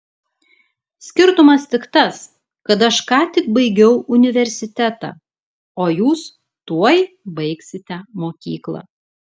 skirtumas tik tas kad aš ką tik baigiau universitetą o jūs tuoj baigsite mokyklą